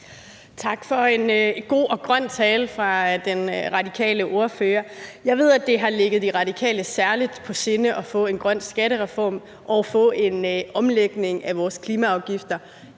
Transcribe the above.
Tak for en god og grøn tale fra den radikale ordfører. Jeg ved, at det har ligget De Radikale særlig på sinde at få en grøn skattereform og få en omlægning af vores klimaafgifter